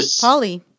Polly